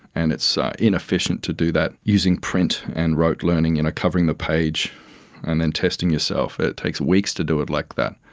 and it's inefficient to do that using print and rote learning, and covering the page and then testing yourself, it takes weeks to do it like that.